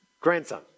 Grandson